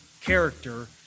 character